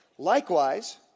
Likewise